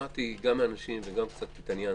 שמעתי גם מאנשים וגם קצת התעניינתי,